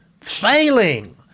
failing